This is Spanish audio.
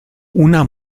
una